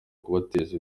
kubateza